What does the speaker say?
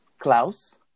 Klaus